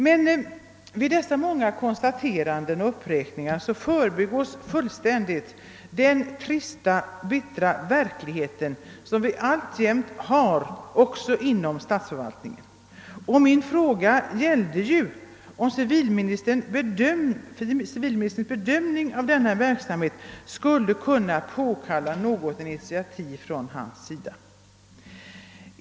Men vid dessa många konstateranden och beräkningar förbigås fullständigt den trista och bistra verklighet vi alltjämt har inom statsförvaltningen. Min fråga gällde ju om civilministerns bedömning av denna verksamhet skulle kunna påkalla något initiativ från hans sida.